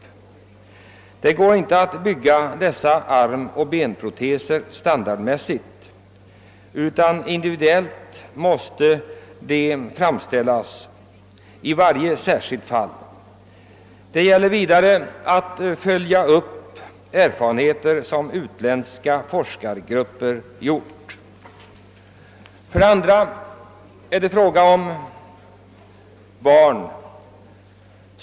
Det går inte att bygga dessa armoch benproteser standardmässigt, utan de måste framställas individuellt i varje särskilt fall. Vidare måste man följa upp erfarenheter som utländska forskargrupper har gjort. För det andra är det fråga om barn.